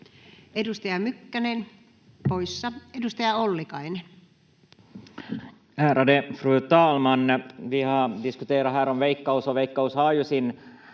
Edustaja Mykkänen poissa. — Edustaja Ollikainen.